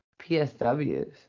psws